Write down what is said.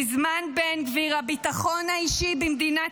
בזמן בן גביר הביטחון האישי במדינת